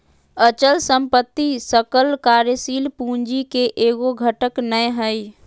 अचल संपत्ति सकल कार्यशील पूंजी के एगो घटक नै हइ